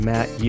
Matt